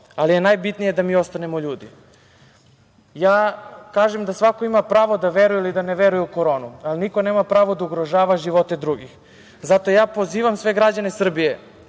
ali je najbitnije da mi ostanemo ljudi. Kažem da svako ima pravo da veruje ili da ne veruje u koronu, ali niko nema pravo da ugrožava živote drugih. Zato ja pozivam sve građane Srbije